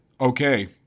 okay